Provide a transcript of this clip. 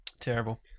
Terrible